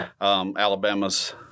Alabama's